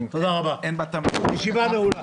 תודה רבה, הישיבה נעולה.